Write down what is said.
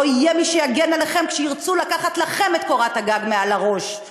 לא יהיה מי שיגן עליכם כשירצו לקחת לכם את קורת הגג מעל הראש,